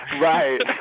Right